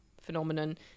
phenomenon